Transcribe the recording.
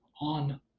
on